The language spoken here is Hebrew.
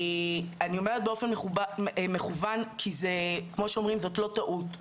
אני אומרת באופן מכוון כי כמו שאומרים זאת לא טעות,